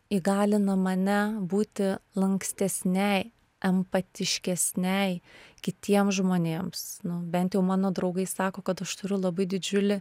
įgalina mane būti lankstesnei empatiškesnei kitiem žmonėms bent jau mano draugai sako kad aš turiu labai didžiulį